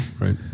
Right